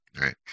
right